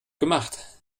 gemacht